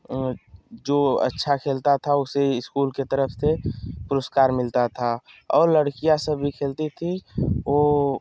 जो अच्छा खेलता था उसे ईस्कूल के तरह से पुरस्कार मिलता था और लड़कियाँ सब भी खेलती थी वो